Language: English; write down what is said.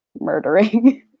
murdering